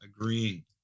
agreeing